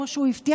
כמו שהוא הבטיח,